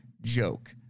joke